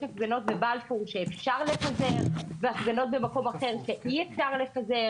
הפגנות בבלפור שאפשר לפזר והפגנות במקום אחר שאי אפשר לפזר.